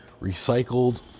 recycled